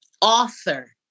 author